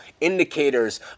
indicators